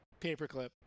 paperclip